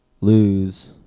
lose